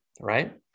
right